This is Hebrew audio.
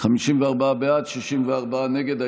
54 בעד, 64 נגד.